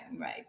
right